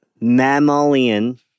Mammalian